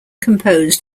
composed